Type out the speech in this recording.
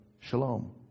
Shalom